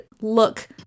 look